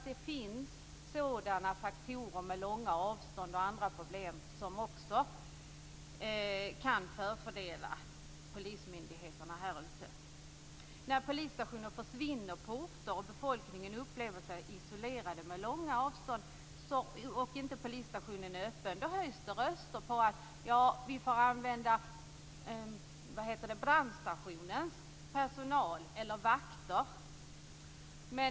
Det finns sådana faktorer - långa avstånd och andra problem - som också kan förfördela polismyndigheterna där ute. När polisstationen försvinner på orten och befolkningen upplever sig isolerad med långa avstånd och utan polisstation höjs det röster för att man skall använda brandstationens personal eller vakter.